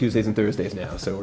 tuesdays and thursdays now so